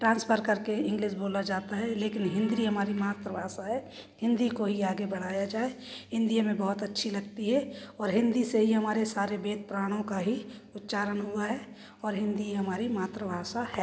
transfer करके English बोला जाता है लेकिन हिंदी हमारी मातृभाषा है हिंदी कोई आगे बढ़ाया जाए हिंदी में बहुत अच्छी लगती है और हिंदी से ही हमारे वेद पुराणों का ही उच्चारण हुआ है और हिंदी हमारी मातृभाषा हैं